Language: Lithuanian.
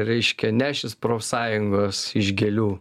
reiškia nešis profsąjungos iš gėlių